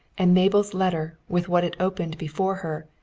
and mabel's letter, with what it opened before her,